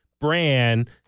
brand